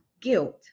guilt